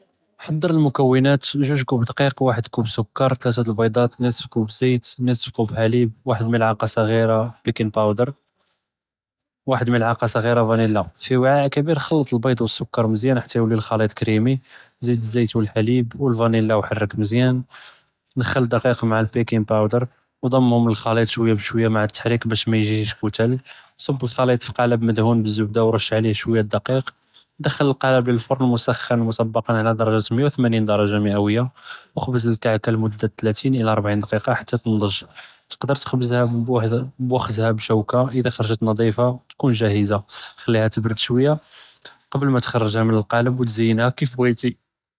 חצ׳ר אלמכּונאת זוג כּוב דקיק ואחד כּוב סוכּר תלתה ד־אלבּידאת נסף כּוב זית נסף כּוב ח׳ליב ואחד מלעקה צעירה בּיקינג באודר ואחד מלעקה צעירה ואנילה, פי ועאא כביר חלט אלבּיד ו אלסוכּר מזיאן חתה יולי אלח׳ליט כּריםי, זיד אלזית ו אלח׳ליב ו אלואנילה ו חرك מזיאן, דכל אלדקיק מע אלבּיקינג באודר ו דמְהם ללח׳ליט בשוי בשוי מע אלתחריק באש מא יגיש כּתל, צבּ אלח׳ליט פי כּאלבּ מדהון בּאלזבּדה ו רֶש עליה שוי ד־אלדקיק, דכל אלכּאלבּ ללפרן מסח׳ן מוסבּקאן עלא דרג׳ה 180°, ו חבּז אלכּעכּה ל־מודה 30 אלא 40 דקיקה חתה תנצ׳ג׳, תקדר תוכּזהא בשוקא, אלא חרג׳ת נזיפה תכון גאהזה, חלי הא תברד שויה, קבל מא תחרג׳הא מן אלכּאלבּ ו תזינהא כּיף בְ׳ע׳יתִי.